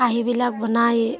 কাঁহীবিলাক বনায়